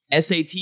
SAT